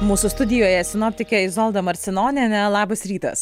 mūsų studijoje sinoptikė izolda marcinonienė labas rytas